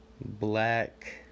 black